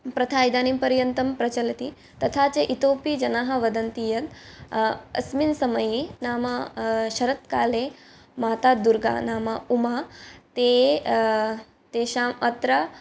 प्रथा इदानीं पर्यन्तं प्रचलति तथा च इतोपि जनाः वदन्ति यत् अस्मिन् समये नाम शरत्काले माता दुर्गानाम उमा ते तेषाम् अत्र